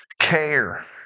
care